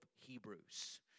Hebrews